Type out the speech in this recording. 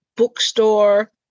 bookstore